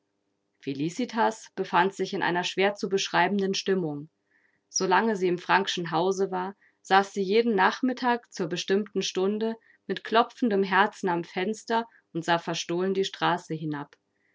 felicitas befand sich in einer schwer zu beschreibenden stimmung solange sie im frankschen hause war saß sie jeden nachmittag zur bestimmten stunde mit klopfendem herzen am fenster und sah verstohlen die straße hinab